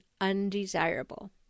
undesirable